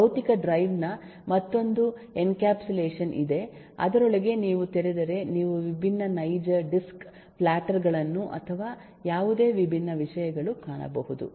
ಭೌತಿಕ ಡ್ರೈವ್ ನ ಮತ್ತೊಂದು ಎನ್ಕ್ಯಾಪ್ಸುಲೇಷನ್ ಇದೆ ಅದರೊಳಗೆ ನೀವು ತೆರೆದರೆ ನೀವು ವಿಭಿನ್ನ ನೈಜ ಡಿಸ್ಕ್ ಪ್ಲ್ಯಾಟರ್ ಗಳನ್ನು ಅಥವಾ ಯಾವುದೇ ವಿಭಿನ್ನ ವಿಷಯಗಳು ಕಾಣಬಹುದು